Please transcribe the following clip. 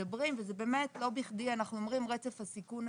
באמת לא בכדי אנחנו אומרים רצף הסיכון,